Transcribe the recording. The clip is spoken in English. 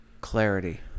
Clarity